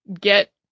get